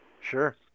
Sure